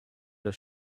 des